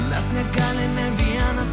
mes negalime vienas